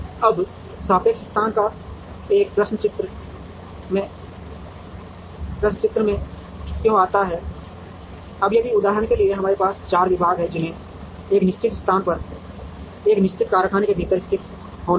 अब सापेक्ष स्थान का एक प्रश्न चित्र में क्यों आता है अब यदि उदाहरण के लिए हमारे पास 4 विभाग हैं जिन्हें एक निश्चित स्थान पर या एक निश्चित कारखाने के भीतर स्थित होना है